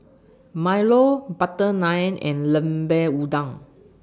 Milo Butter Naan and Lemper Udang